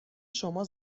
شما